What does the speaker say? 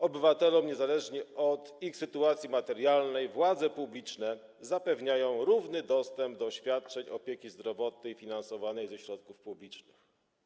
Obywatelom, niezależnie od ich sytuacji materialnej, władze publiczne zapewniają równy dostęp do świadczeń opieki zdrowotnej finansowanych ze środków publicznych.